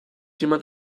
jemand